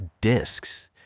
discs